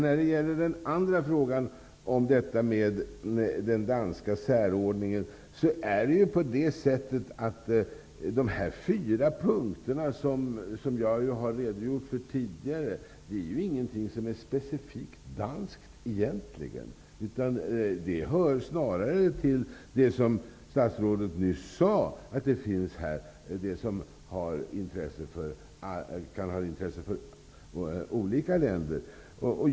När det gäller den andra frågan om detta med den danska särordningen, är de fyra punkter som jag har redogjort för tidigare inte något som egentligen är specifikt danskt. De hör snarare till det som kan ha intresse för olika länder, som statsrådet just sade.